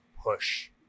push